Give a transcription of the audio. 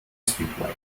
speedway